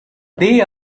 they